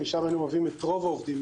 משם היינו מביאים את רוב העובדים,